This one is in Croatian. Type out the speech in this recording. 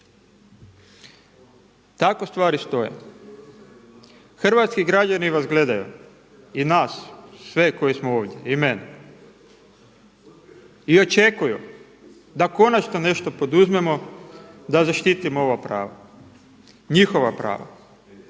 Tako stvari stoje. Hrvatski građani vas gledaju i nas sve koji smo ovdje i mene. I očekuju da konačno nešto poduzmemo da zaštitimo ovo pravo, njihova prava.